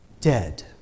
dead